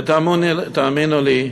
ותאמינו לי,